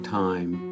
time